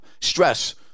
Stress